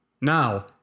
Now